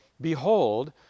Behold